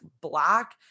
black